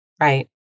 Right